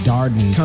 Darden